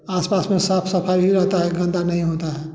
आस पास में साफ़ सफ़ाई भी रहता है गंदा नहीं होता है